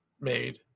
made